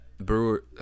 Brewer